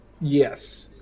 Yes